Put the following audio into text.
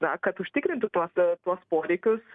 na kad užtikrintų tuos tuos poreikius